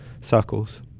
circles